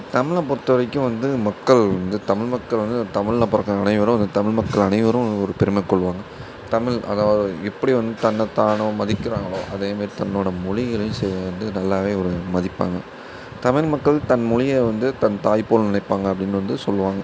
தமிழை பொறுத்தவரைக்கும் வந்து மக்கள் வந்து தமிழ் மக்கள் வந்து அந்த தமிழில் பிறக்குற அனைவரும் அந்த தமிழ் மக்கள் அனைவரும் ஒரு பெருமை கொள்வாங்க தமிழ் அதாவது எப்படி வந்து தன்னத்தானே மதிக்கிறாங்களோ அதேமாரி தன்னோடய மொழிகளையும் சேர்ந்து நல்லா ஒரு மதிப்பாங்க தமிழ் மக்கள் தன் மொழிய வந்து தன் தாய் போல் நினைப்பாங்க அப்படினு வந்து சொல்வாங்க